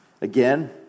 Again